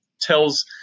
tells